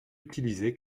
utilisée